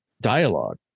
dialogue